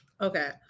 Okay